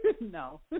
No